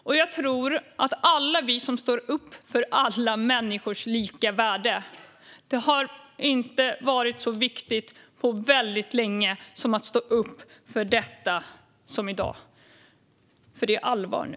Det har inte på väldigt länge varit så viktigt att stå upp för alla människors lika värde som det är i dag, för det är allvar nu.